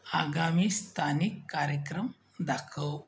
आगामी स्थानिक कार्यक्रम दाखव